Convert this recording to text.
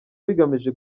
bigamije